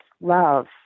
love